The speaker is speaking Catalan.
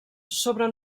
sobre